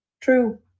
True